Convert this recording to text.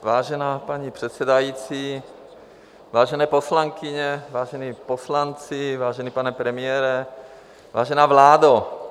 Vážená paní předsedající, vážené poslankyně, vážení poslanci, vážený pane premiére, vážená vládo.